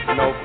no